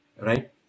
right